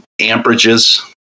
amperages